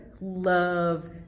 love